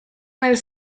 nel